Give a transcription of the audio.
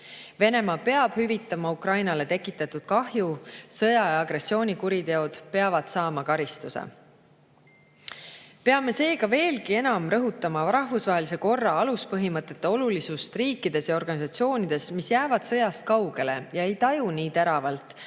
Venemaa peab hüvitama Ukrainale tekitatud kahjud, sõja- ja agressioonikuriteod peavad saama karistuse. Peame seega veelgi enam rõhutama rahvusvahelise korra aluspõhimõtete olulisust riikides ja organisatsioonides, mis jäävad sõjast kaugele ega taju nii teravalt,